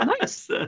Nice